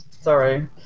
sorry